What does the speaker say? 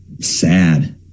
sad